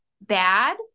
bad